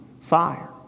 fire